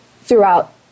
throughout